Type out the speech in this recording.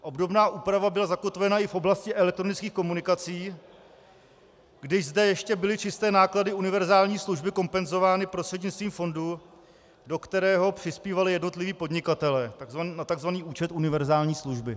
Obdobná úprava byla zakotvena i v oblasti elektronických komunikací, když zde ještě byly čisté náklady univerzální služby kompenzovány prostřednictvím fondu, do kterého přispívali jednotliví podnikatelé, na takzvaný účet univerzální služby.